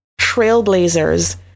trailblazers